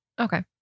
Okay